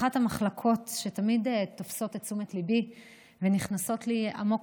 אחת המחלקות שתמיד תופסות את תשומת ליבי ונכנסות לי עמוק